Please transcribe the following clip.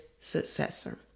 successor